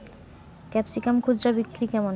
Capsicum খুচরা বিক্রি কেমন?